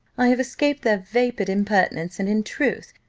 i have escaped their vapid impertinence and in truth,